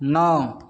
नौ